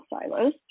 silos